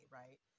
right